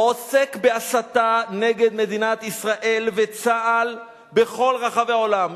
עוסק בהסתה נגד מדינת ישראל וצה"ל בכל רחבי העולם.